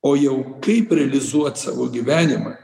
o jau kaip realizuot savo gyvenimą